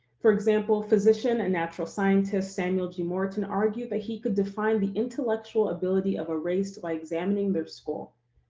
for example, physician and natural scientist samuel g. morton argued that he could define the intellectual ability of a race by examining their skull.